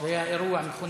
זה היה אירוע מכונן.